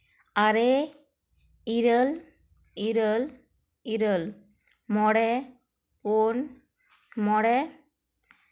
ᱟᱨᱮ ᱤᱨᱟᱹᱞ ᱤᱨᱟᱹᱞ ᱤᱨᱟᱹᱞ ᱢᱚᱬᱮ ᱯᱩᱱ ᱢᱚᱬᱮ